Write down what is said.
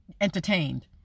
entertained